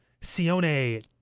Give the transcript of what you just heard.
Sione